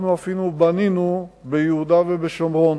אנחנו אפילו בנינו ביהודה ובשומרון,